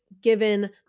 given